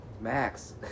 Max